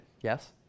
yes